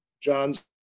John's